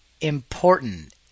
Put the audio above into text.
important